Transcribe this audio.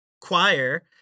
choir